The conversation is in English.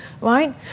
right